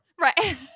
right